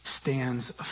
stands